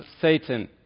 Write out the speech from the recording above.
Satan